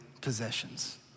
possessions